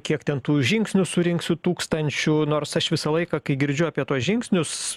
kiek ten tų žingsnių surinksiu tūkstančių nors aš visą laiką kai girdžiu apie tuos žingsnius